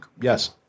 Yes